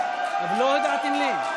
לא הודעתם לי.